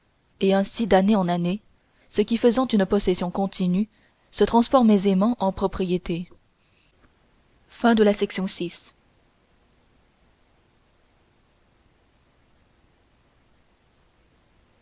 et ainsi d'année en année ce qui faisant une possession continue se transforme aisément en propriété